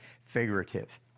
figurative